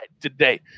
today